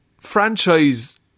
franchise